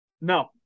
No